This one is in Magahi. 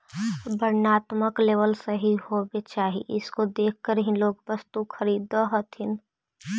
वर्णात्मक लेबल सही होवे चाहि इसको देखकर ही लोग वस्तु खरीदअ हथीन